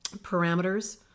parameters